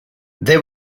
they